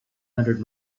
hundred